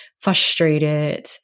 frustrated